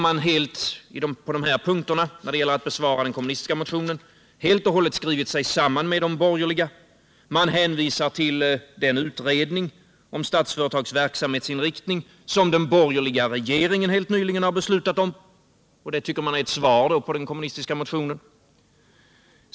Man har vid behandlingen av den kommunistiska motionen helt och hållet skrivit sig samman med de borgerliga. Man hänvisar till den utredning om Statsföretags verksamhetsinriktning som den borgerliga regeringen helt nyligen har beslutat om, och det tycker man då är ett svar på den kommunistiska motionen.